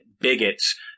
bigots